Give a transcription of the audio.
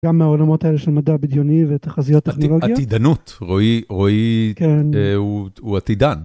גם מהעולמות האלה של מדע בדיוני ותחזיות טכנולוגיות? עתידנות, רועי, הוא עתידן.